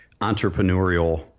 entrepreneurial